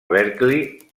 berkeley